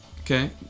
Okay